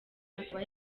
akaba